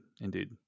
indeed